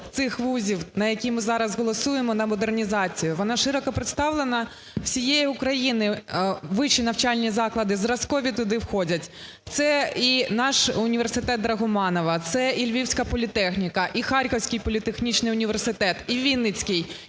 цих вузів на які ми зараз голосуємо на модернізацію, вона широко представлена всією Україною, вищі навчальні заклади зразкові туди входять. Це і наш університет Драгоманова, це і Львівська політехніка, і Харківський політехнічний університет, і Вінницький,